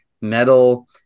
metal